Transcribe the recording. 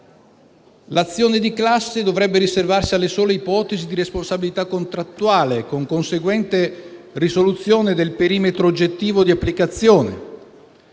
L'azione di classe dovrebbe riservarsi alle sole ipotesi di responsabilità contrattuale, con conseguente risoluzione del perimetro oggettivo di applicazione.